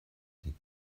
die